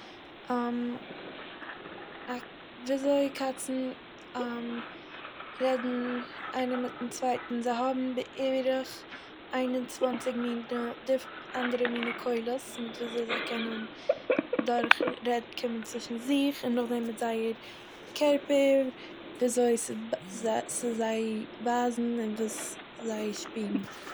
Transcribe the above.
ווי אזוי קאצ'ן רעדן איינער מיט'ן צווייט'ן זיי האבן בערך איין און צוואנציג מין - אנדערע מינע קולות ווי אזוי זיי קענען דורכרע- קומען צווישן זיך, נאכדעם מיט זייער קערפער ווי אזוי ס' צו זיי ווייזן און וואס זיי שפירן.